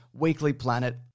weeklyplanet